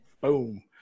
Boom